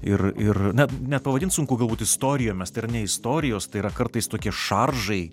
ir ir na net pavadint sunku galbūt istorijomis tai yra ne istorijos tai yra kartais tokie šaržai